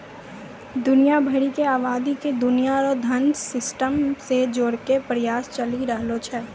दुनिया भरी के आवादी के दुनिया रो धन सिस्टम से जोड़ेकै प्रयास चली रहलो छै